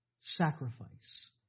sacrifice